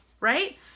right